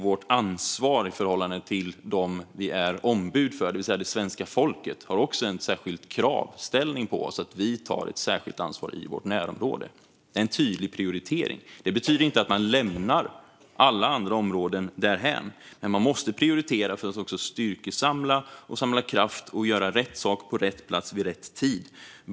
Vårt ansvar i förhållande till dem vi är ombud för, det vill säga det svenska folket, gör också att det ställs särskilda krav på oss att ta ett särskilt ansvar i vårt närområde. Detta är en tydlig prioritering. Det betyder inte att man lämnar alla andra områden därhän, men man måste prioritera för att samla kraft och göra rätt sak på rätt plats vid rätt tid.